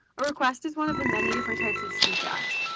a request is one of the many different types of speech acts.